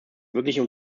wirklichen